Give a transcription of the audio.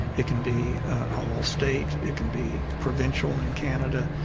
it can be a whole state, it can be provincial in canada.